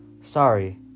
Sorry